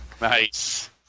Nice